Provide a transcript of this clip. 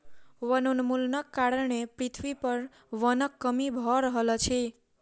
वनोन्मूलनक कारणें पृथ्वी पर वनक कमी भअ रहल अछि